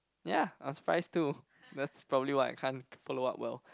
ya I'm surprised too that's probably why I can't follow up well